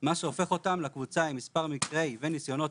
מה שהופך אותם לקבוצה עם מספר מקרי וניסיונות